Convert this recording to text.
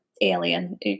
alien